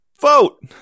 vote